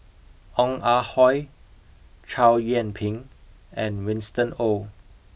Ong Ah Hoi Chow Yian Ping and Winston Oh